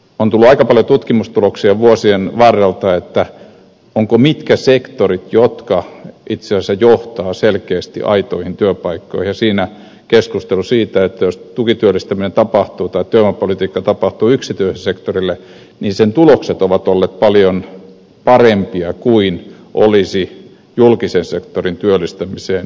on tullut aika paljon tutkimustuloksia vuosien varrelta mitkä sektorit ovat ne jotka itse asiassa johtavat selkeästi aitoihin työpaikkoihin ja siinä on ollut keskustelua siitä että jos tukityöllistäminen tapahtuu tai työvoimapolitiikka tapahtuu yksityiselle sektorille niin sen tulokset ovat olleet paljon parempia kuin jos se tapahtuisi julkisen sektorin työllistämiseen